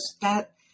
that-